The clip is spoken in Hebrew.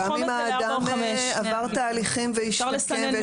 אם האדם עבר תהליכים והשתקם,